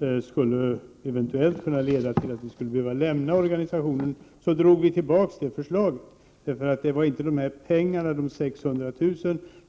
av anslaget eventuellt skulle kunna leda till att Sverige måste lämna organisationen, drog vi tillbaka det förslaget. Det var inte de 600 000 kr.